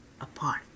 apart